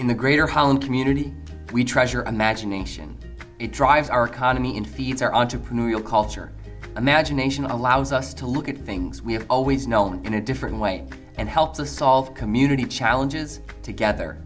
in the greater holland community we treasure imagination it drives our economy and feeds our entrepreneurial culture imagination allows us to look at things we have always known in a different way and help us solve community challenges together